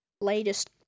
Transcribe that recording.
Latest